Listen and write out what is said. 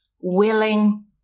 willing